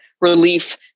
relief